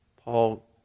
Paul